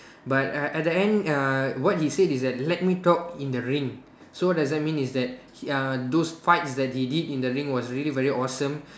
but uh at the end uh what he said is that let me talk in the ring so does that mean is that uh those fights that he did in the ring was really very awesome